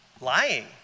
Lying